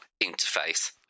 interface